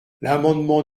l’amendement